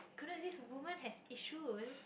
couldn't this women has issues